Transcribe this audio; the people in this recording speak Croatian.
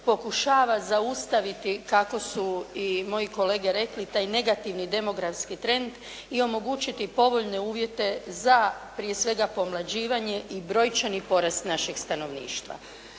pokušava zaustaviti kako su i moji kolege rekli taj negativni demografski trend i omogućiti povoljne uvjete za, prije svega pomlađivanje i brojčani porast našeg stanovništva.